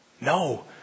No